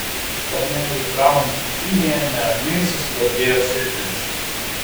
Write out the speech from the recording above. panelei braun krūtinėje neramiai suspurdėjo širdis